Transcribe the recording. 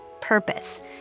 Purpose